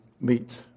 meet